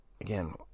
again